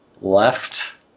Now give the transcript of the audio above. left